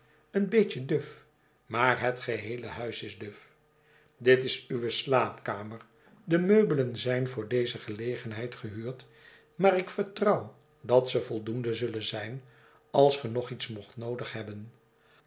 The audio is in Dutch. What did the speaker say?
slaapkamertje eenbeetje duf maar het geheele huis is duf dit is uwe slaapkamer de meubelen zijn voor deze gelegenheid gehuurd maar ik vertrouw dat ze voldoende zullen zijn als ge nog iets mocht noodig hebben